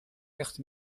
echt